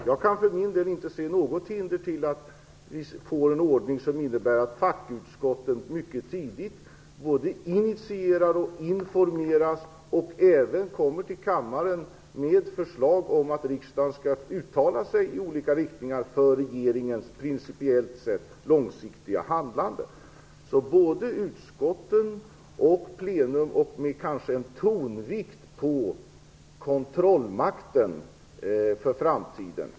Jag kan för min del inte se något hinder för en ordning som innebär att fackutskotten mycket tidigt både initierar och informeras om förslag, och även kommer till kammaren med förslag om att riksdagen skall uttala sig i olika riktningar för regeringens prinicipiellt sett långsiktiga handlande. Här finns alltså såväl utskotten som plenum och kontrollmakten, kanske med tonvikt på kontrollmakten i framtiden.